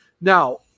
now